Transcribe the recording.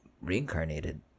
reincarnated